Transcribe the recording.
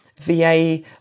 VA